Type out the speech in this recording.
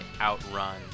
outrun